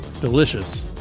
delicious